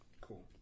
Cool